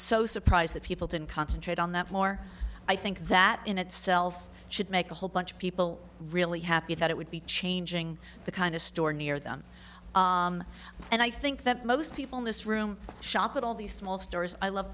so surprised that people didn't concentrate on that more i think that in itself should make a whole bunch of people really happy that it would be changing the kind of store near them and i think that most people in this room shop at all these small stores i love